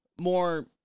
more